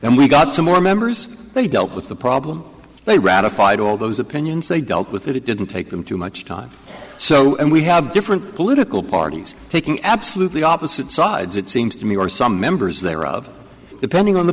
and we got some more members they dealt with the problem they ratified all those opinions they dealt with it it didn't take them too much time so we have different political parties taking absolutely opposite sides it seems to me or some members there of depending on the